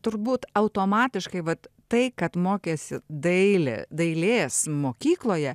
turbūt automatiškai vat tai kad mokėsi dailė dailės mokykloje